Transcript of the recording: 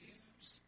use